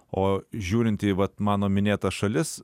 o žiūrint į vat mano minėtas šalis